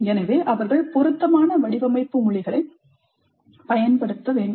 எனவே அவர்கள் பொருத்தமான வடிவமைப்பு மொழிகளைப் பயன்படுத்த வேண்டும்